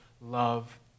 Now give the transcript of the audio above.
love